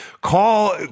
call